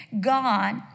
God